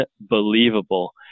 unbelievable